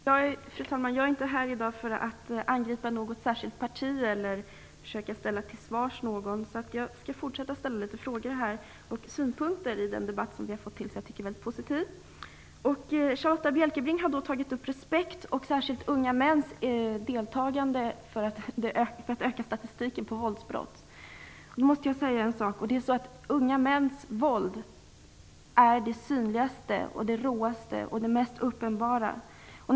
Fru talman! Jag är inte här i kammaren i dag för att angripa något särskilt parti eller för att försöka ställa någon till svars. Så jag fortsätter att ställa några frågor och lämna några synpunkter i denna debatt som vi har fått till stånd, något som jag tycker är mycket positivt. Charlotta L Bjälkebring talade om respekt och om att unga mäns deltagande ökat statistiken när det gäller våldsbrott. Men unga mäns våld är det synligaste, det råaste och det mest uppenbara våldet.